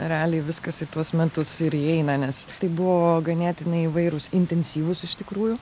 realiai viskas į tuos metus ir įeina nes tai buvo ganėtinai įvairūs intensyvūs iš tikrųjų